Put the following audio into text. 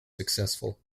successful